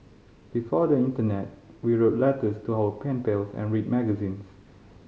before the internet we wrote letters to our pen pals and read magazines